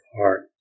heart